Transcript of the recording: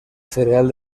cereal